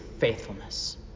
faithfulness